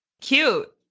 Cute